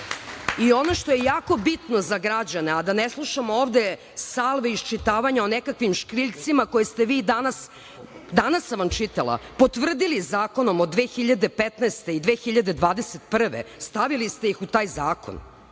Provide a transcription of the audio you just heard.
Ono što je jako bitno za građane, a da ne slušamo ovde salve iščitavanja o nekakvim škriljcima koje ste vi, danas sam vam čitala, potvrdili zakonom od 2015. i 2021. godine, stavili ste ih u taj zakon.